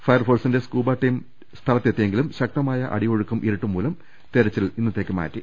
ഫയർഫോഴ്സിന്റെ scuba team സ്ഥലത്ത് എത്തിയെങ്കിലും ശക്തമായ അടിയൊഴുക്കും ഇരുട്ടും മൂലം തിരച്ചിൽ ഇന്നത്തേക്കുമാറ്റി